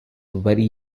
very